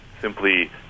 simply